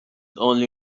only